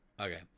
okay